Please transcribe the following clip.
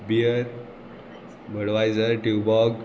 beer Budweiser Tuborg